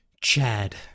Chad